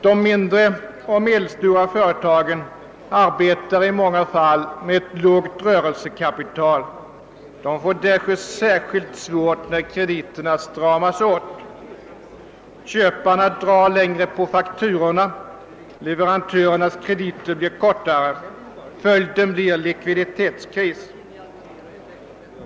De mindre och medelstora företagen arbetar i många fall med ett litet rörelsekapital och får därför särskilt svårt när krediterna stramas åt. Köparna dröjer längre med att betala fakturorna, leverantörernas krediter blir kortare. Följden blir en likviditetskris.